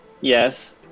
Yes